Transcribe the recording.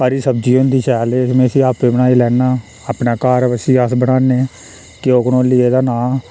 हरी सब्ज़ी होंदी शैल एह् में इसी आपे बी बनाई लैन्ना आपने घर इसी अस बनाने क्यु कंडोली एह्दा नांऽ